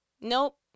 Nope